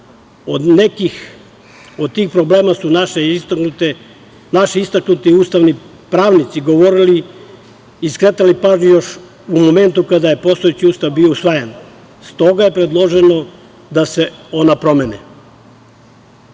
Od nekih od tih problema su naši istaknuti ustavni pravnici govorili i skretali pažnju još u momentu kada je postojeći Ustav bio usvajan. Stoga je predloženo da se ona promene. Ovde